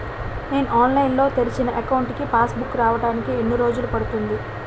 నేను ఆన్లైన్ లో తెరిచిన అకౌంట్ కి పాస్ బుక్ రావడానికి ఎన్ని రోజులు పడుతుంది?